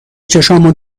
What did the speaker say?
چشامو